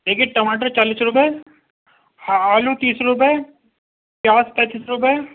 دیکھیے ٹماٹر چالیس روپئے ہاں آلو تیس روپئے پیاز پینتیس روپئے